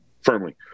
firmly